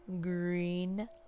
green